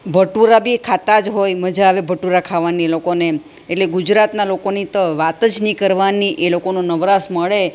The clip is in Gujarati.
ભટુરા બી ખાતા જ હોય મજા આવે ભટુરા ખાવાની એ લોકોને એટલે ગુજરાતના લોકોની તો વાત જ નહીં કરવાની એ લોકોને નવરાશ મળે